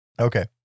Okay